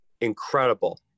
incredible